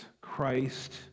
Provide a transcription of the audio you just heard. Christ